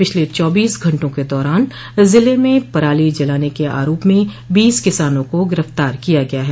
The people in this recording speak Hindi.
पिछले चौबीस घंटों के दौरान जिले में पराली जलाने के आरोप में बीस किसानों को गिरफ़्तार किया गया है